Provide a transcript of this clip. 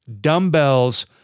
dumbbells